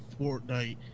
Fortnite